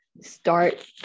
start